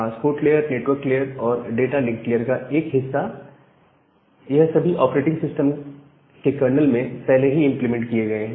transport layer network layer और data link layer का एक हिस्सा यह सभी ऑपरेटिंग सिस्टम के कर्नल में पहले ही इंप्लीमेंट किए गए हैं